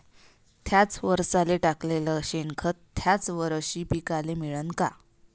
थ्याच वरसाले टाकलेलं शेनखत थ्याच वरशी पिकाले मिळन का?